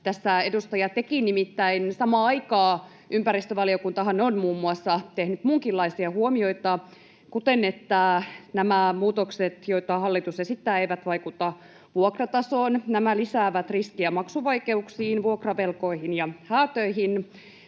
tässä edustaja teki. Nimittäin samaan aikaan ympäristövaliokuntahan on muun muassa tehnyt muunkinlaisia huomioita, kuten että nämä muutokset, joita hallitus esittää, eivät vaikuta vuokratasoon, nämä lisäävät riskiä maksuvaikeuksiin, vuokravelkoihin ja häätöihin.